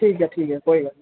ठीक ऐ ठीक ऐ कोई गल्ल नी